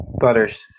Butters